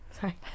sorry